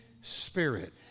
Spirit